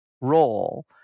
role